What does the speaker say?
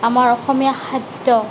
আমাৰ অসমীয়া খাদ্য